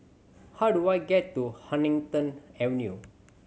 how do I get to Huddington Avenue